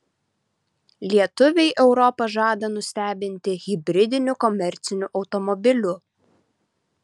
lietuviai europą žada nustebinti hibridiniu komerciniu automobiliu